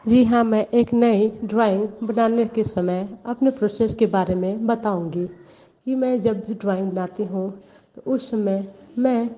जी हाँ मैं एक नए ड्राइंग बनाने के समय अपने प्रोसेस के बारे में बताऊंगी कि मैं जब भी ड्राइंग बनाती हूँ तो उस समय मैं